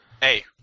Hey